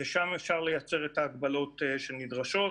ושם אפשר לייצר את ההגבלות שנדרשות.